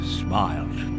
smiled